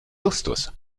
justus